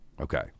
Okay